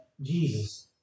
Jesus